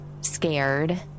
scared